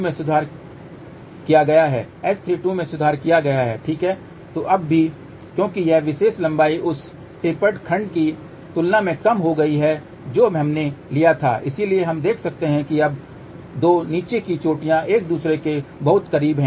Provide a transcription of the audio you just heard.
S22 में सुधार किया गया है S32 में सुधार किया गया है ठीक है और अब भी क्योंकि यह विशेष लंबाई उस टेपडॆ खंड की तुलना में कम हो गई है जो हमने लिया था इसलिए हम देख सकते हैं कि अब 2 नीचे की चोटियां एक दूसरे के बहुत करीब हैं